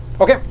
Okay